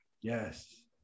Yes